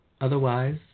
Otherwise